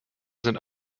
sind